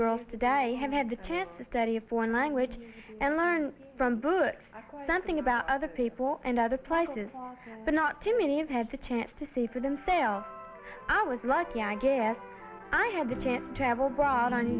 girls today have had the chance to study a foreign language and learn from books something about other people and other places but not too many have had chance to see for themselves i was lucky i guess i had the chance to travel abroad o